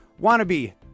Wannabe